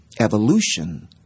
evolution